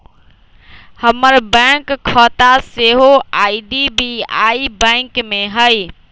हमर बैंक खता सेहो आई.डी.बी.आई बैंक में हइ